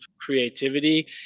creativity